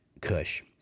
kush